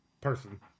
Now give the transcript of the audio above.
person